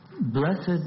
blessed